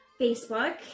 Facebook